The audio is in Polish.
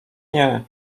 nie